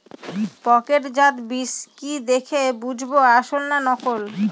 প্যাকেটজাত বীজ কি দেখে বুঝব আসল না নকল?